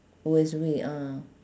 worst way ah